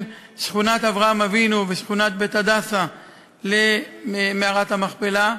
שכונת אברהם אבינו ושכונת בית-הדסה למערת המכפלה.